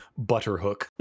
butterhook